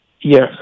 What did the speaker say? Yes